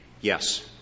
yes